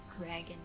dragon